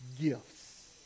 gifts